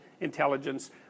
intelligence